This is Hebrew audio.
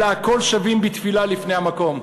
אלא הכול שווים בתפילה לפני המקום.